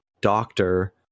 doctor